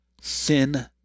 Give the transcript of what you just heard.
Sin